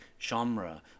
genre